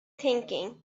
thinking